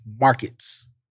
markets